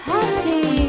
Happy